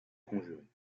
conjurés